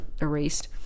erased